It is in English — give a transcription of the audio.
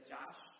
Josh